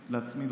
פחות.